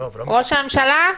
ראש הממשלה?